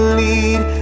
lead